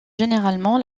généralement